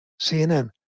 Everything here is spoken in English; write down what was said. cnn